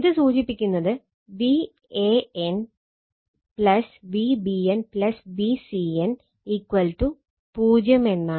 ഇത് സൂചിപ്പിക്കുന്നത് Van Vbn Vcn 0 എന്നാണ്